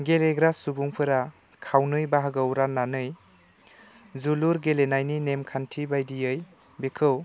गेलेग्रा सुबुंफोरा खावनै बाहागोआव राननानै जोलुर गेलेनायनि नेमखान्थि बायदियै बेखौ